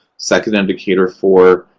second indicator four,